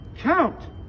count